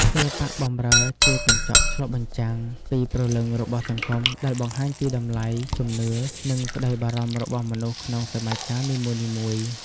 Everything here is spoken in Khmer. សិល្បៈបម្រើជាកញ្ចក់ឆ្លុះបញ្ចាំងពីព្រលឹងរបស់សង្គម ដែលបង្ហាញពីតម្លៃ ជំនឿ និងក្តីបារម្ភរបស់មនុស្សក្នុងសម័យកាលនីមួយៗ។